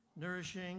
nourishing